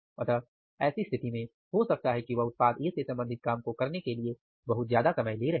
अतः ऐसी स्थिति में हो सकता है कि वह उत्पाद ए से संबंधित काम को करने के लिए बहुत ज्यादा समय ले रहे हैं